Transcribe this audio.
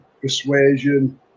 persuasion